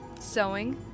Sewing